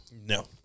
No